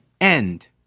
end